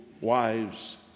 wives